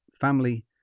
family